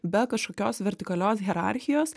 be kažkokios vertikalios hierarchijos